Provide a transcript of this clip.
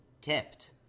tipped